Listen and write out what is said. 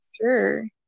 sure